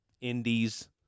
Indies